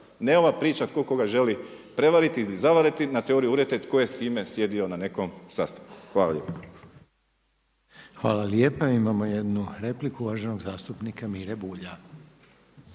Ne ova priča tko koga želi prevariti ili zavariti na teoriju urote tko je s kime sjedio na nekom sastanku. Hvala lijepa. **Reiner, Željko (HDZ)** Hvala lijepa imamo jednu repliku uvaženog zastupnika Mire Bulja.